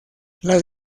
las